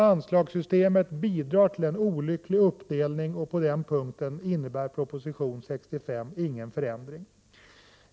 Anslagssystemet bidrar till en olycklig uppdelning. På den punkten innebär proposition 65 inte någon förändring.